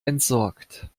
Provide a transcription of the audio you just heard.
entsorgt